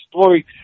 story